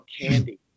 candy